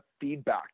feedback